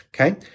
okay